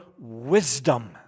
wisdom